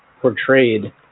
portrayed